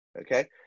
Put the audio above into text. okay